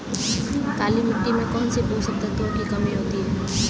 काली मिट्टी में कौनसे पोषक तत्वों की कमी होती है?